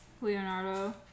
Leonardo